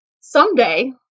Someday